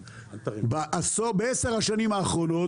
ב-13 השנים האחרונות